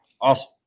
Awesome